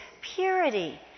purity